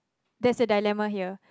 there a dilemma here